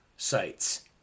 Sites